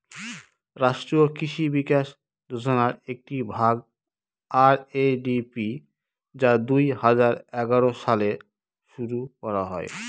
রাষ্ট্রীয় কৃষি বিকাশ যোজনার একটি ভাগ আর.এ.ডি.পি যা দুই হাজার এগারো সালে শুরু করা হয়